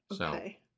Okay